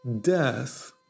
death